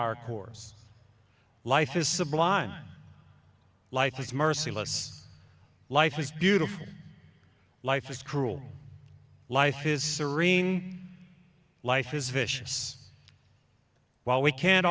our course life is sublime life is merciless life is beautiful life is cruel life his serene life is vicious while we can't